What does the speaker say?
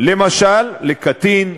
למשל לקטין,